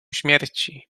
śmierci